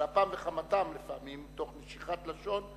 על אפם וחמתם לפעמים תוך נשיכת לשון,